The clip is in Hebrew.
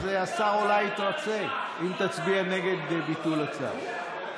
אז השר אולי יתרצה אם תצביע נגד ביטול הצו.